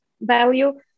value